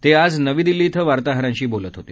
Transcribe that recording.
ते आज नवी दिल्ली इथं वार्ताहरांशी बोलत होते